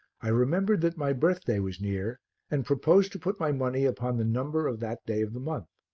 i remembered that my birthday was near and proposed to put my money upon the number of that day of the month.